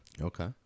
Okay